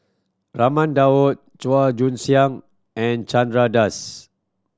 Raman Daud Chua Joon Siang and Chandra Das